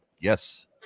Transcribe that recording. Yes